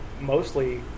mostly